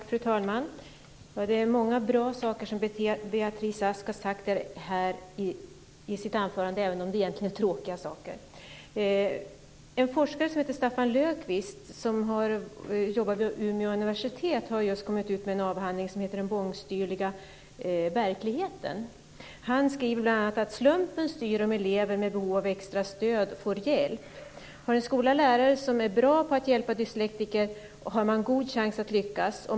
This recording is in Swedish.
Fru talman! Det är många bra saker som Beatrice Ask har sagt i sitt anförande, även om det egentligen är tråkiga saker. En forskare som heter Staffan Löfquist och som har jobbat vid Umeå universitet har just kommit med en avhandling. Den heter Den bångstyriga verkligheten. Han skriver bl.a. att slumpen styr om elever med behov av extra stöd får hjälp. Har en skola en lärare som är bra på att hjälpa dyslektiker har man god chans att lyckas.